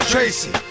Tracy